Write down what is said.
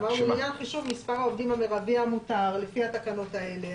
אמרנו: לעניין חישוב מספר העובדים המרבי המותר לפי התקנות האלה.